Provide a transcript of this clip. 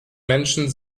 menschen